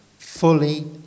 Fully